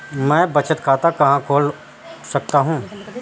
मैं बचत खाता कहाँ खोल सकता हूँ?